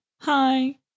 hi